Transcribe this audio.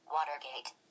Watergate